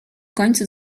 końcu